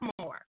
more